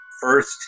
First